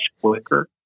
quicker